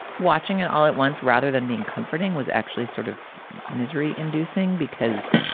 watching it all at once, rather than being comforting, was actually sort of misery inducing because,